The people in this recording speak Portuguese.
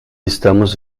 estamos